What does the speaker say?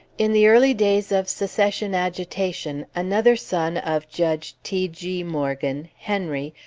in the early days of secession agitation, another son of judge t. g. morgan, henry,